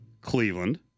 Cleveland